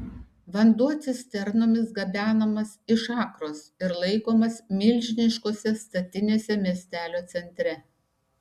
vanduo cisternomis gabenamas iš akros ir laikomas milžiniškose statinėse miestelio centre